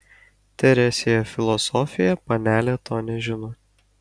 teresėje filosofėje panelė to nežino